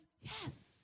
yes